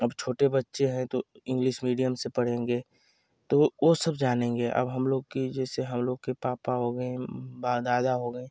अब छोटे बच्चे हैं तो इंग्लिस मीडियम से पढ़ेंगे तो ओ सब जानेंगे अब हम लोग कि जैसे हम लोग के पापा हो गए व दादा हो गए